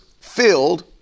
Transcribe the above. filled